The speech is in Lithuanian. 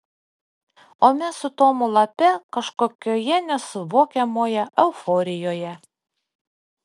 o mes su tomu lape kažkokioje nesuvokiamoje euforijoje